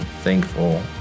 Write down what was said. thankful